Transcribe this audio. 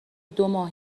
دوماه